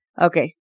Okay